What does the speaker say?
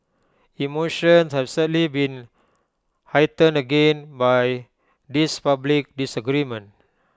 emotions have sadly been heightened again by this public disagreement